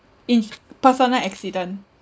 ins~ personal accident